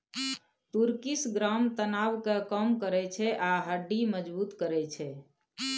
तुर्किश ग्राम तनाब केँ कम करय छै आ हड्डी मजगुत करय छै